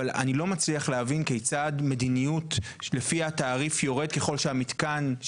אבל אני לא מצליח להבין כיצד מדיניות לפיה תעריף יורד ככל שהספק